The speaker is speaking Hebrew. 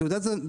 תעודת הזהות,